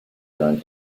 done